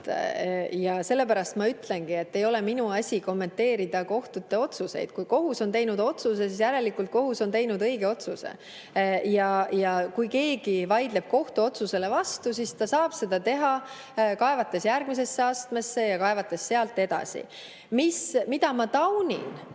Sellepärast ma ütlengi, et ei ole minu asi kommenteerida kohtute otsuseid. Kui kohus on teinud otsuse, siis järelikult on kohus teinud õige otsuse. Kui keegi vaidleb kohtuotsusele vastu, siis ta saab seda teha, kaevates järgmisesse astmesse ja kaevates sealt edasi. Mida ma taunin,